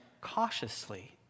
cautiously